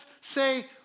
say